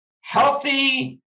healthy